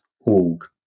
org